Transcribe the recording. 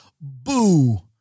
Boo